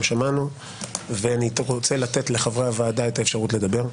אני רוצה לתת לחברי הוועדה את האפשרות לדבר.